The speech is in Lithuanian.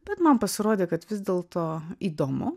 bet man pasirodė kad vis dėlto įdomu